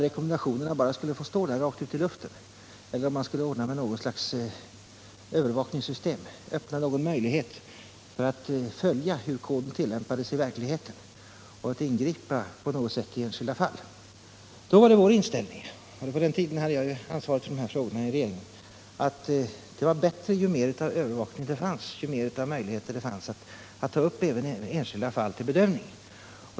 Skulle man bara ha de här rekommendationerna, eller skulle man införa något slags övervakningssystem, dvs. öppna någon möjlighet att följa kodens tillämpning i verkligheten och att kunna ingripa på något sätt i enskilda fall? Vår inställning var den — och på den tiden hade ju jag ansvaret för de här frågorna i regeringen — att ju större möjligheter det fanns att ta upp enskilda fall till bedömning, desto bättre var det.